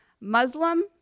Muslim